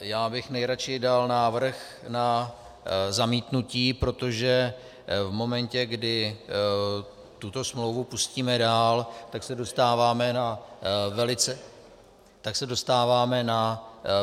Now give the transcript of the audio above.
Já bych nejraději dal návrh na zamítnutí, protože v momentě, kdy tuto smlouvu pustíme dál, tak se dostáváme na